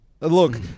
Look